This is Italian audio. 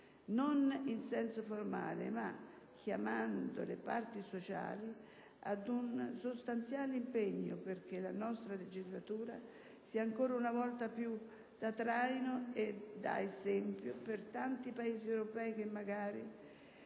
non in senso formale, ma chiamando le parti sociali ad un sostanziale impegno, perché la nostra legislazione sia ancora una volta traino ed esempio per tanti Paesi europei che magari